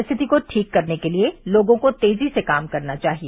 स्थिति को ठीक करने के लिए लोगों को तेजी से काम करना चाहिए